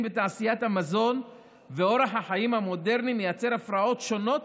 בתעשיית המזון ואורח החיים המודרני מייצרים הפרעות שונות